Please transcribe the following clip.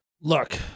Look